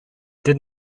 did